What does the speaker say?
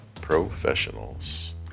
professionals